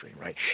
Right